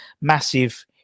massive